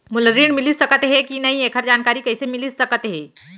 मोला ऋण मिलिस सकत हे कि नई एखर जानकारी कइसे मिलिस सकत हे?